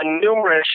numerous